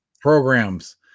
programs